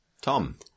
Tom